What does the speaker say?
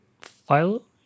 file